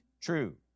true